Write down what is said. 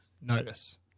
notice